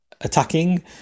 attacking